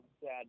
Sad